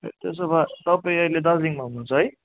त्यसो भए तपाईँ अहिले दार्जिलिङमा हुनुहुन्छ है